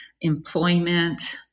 employment